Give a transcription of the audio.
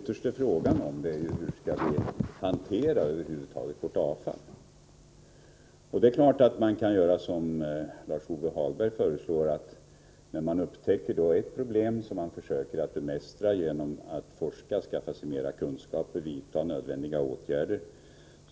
Herr talman! Vad det ytterst är fråga om är hur vi över huvud taget skall hantera vårt avfall. När man upptäcker ett problem kan man försöka bemästra det genom att forska, skaffa sig mera kunskaper och vidta nödvändiga åtgärder.